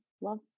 love